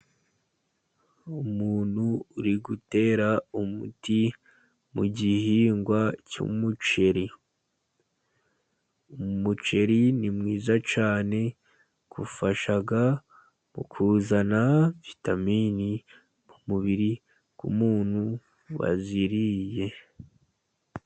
Umuntu uri gutera umuti mu gihingwa cy'umuceri. Umuceri ni mwiza cyane ,ufasha mu kuzana vitamini mu mubiri ,ku muntu waziriye.